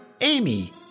Amy